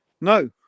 no